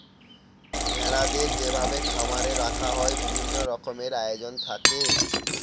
ভেড়াদের যেভাবে খামারে রাখা হয় বিভিন্ন রকমের আয়োজন থাকে